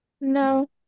No